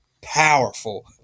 powerful